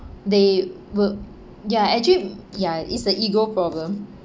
they will ya actually ya is a ego problem